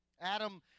Adam